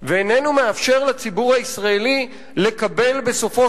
ואיננו מאפשר לציבור הישראלי לקבל בסופו